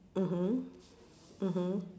mmhmm mmhmm